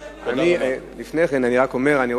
מצפצפים עליכם, וסיכומים עם נתניהו הם לא סיכומים.